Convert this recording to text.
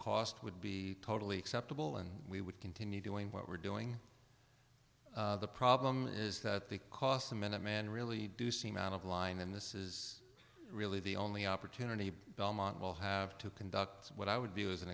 cost would be totally acceptable and we would continue doing what we're doing the problem is that the cost the minuteman really do seem out of line and this is really the only opportunity belmont will have to conduct what i would view as an